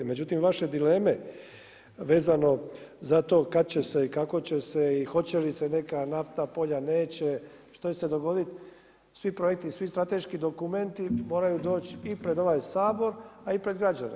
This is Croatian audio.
Međutim vaše dileme vezano za to kad će se i kako će se i hoće li se neka naftna polja, neće, što će se dogoditi, svi projekti i svi strateški dokumenti moraju doći i pred ovaj Sabor a i pred građane.